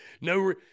No